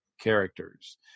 characters